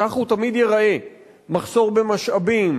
כך הוא תמיד ייראה, מחסור במשאבים,